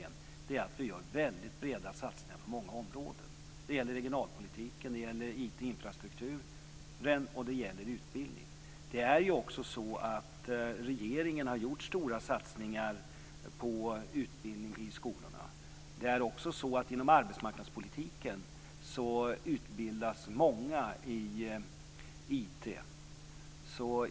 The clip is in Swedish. Det kan ju låta lite voluminöst, men det är enda vägen. Det gäller regionalpolitiken, det gäller IT infrastrukturen och det gäller utbildningen. Regeringen har också gjort stora satsningar på utbildning i skolorna. Dessutom utbildas många i IT inom arbetsmarknadspolitiken.